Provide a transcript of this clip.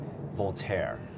Voltaire